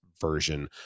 version